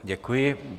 Děkuji.